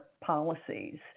policies